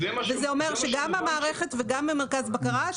זה אומר שגם המערכת וגם מרכז הבקרה,